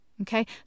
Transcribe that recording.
Okay